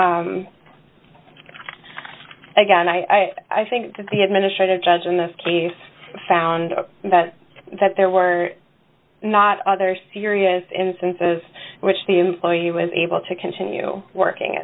so again i i think the administrative judge in this case found that there were not other serious instances in which the employee was able to continue working